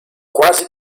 quasi